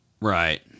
Right